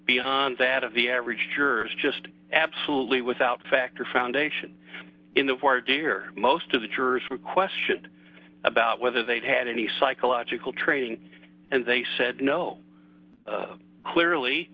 beyond that of the average jurors just absolutely without factor foundation in the voir dire most of the jurors were questioned about whether they'd had any psychological training and they said no clearly